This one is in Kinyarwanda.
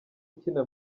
ukina